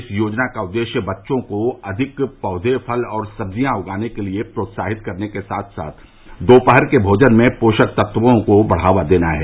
इस योजना का उद्देश्य बच्चों को अधिक पौधे फल और सब्जियां उगाने के लिए प्रोत्साहित करने के साथ साथ दोपहर के भोजन में पोषक तत्वों को बढ़ावा देना है